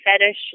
fetish